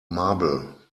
marble